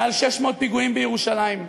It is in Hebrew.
מעל 600 פיגועים בירושלים.